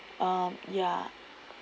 um ya